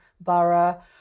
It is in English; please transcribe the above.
borough